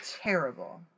terrible